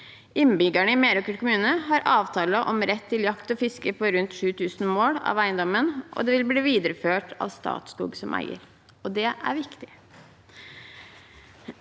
Innbyggerne i Meråker kommune har avtale om rett til jakt og fiske på rundt 7 000 mål av eiendommen, og det vil bli videreført av Statskog som eier. Det er viktig.